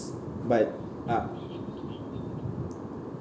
but uh